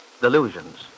delusions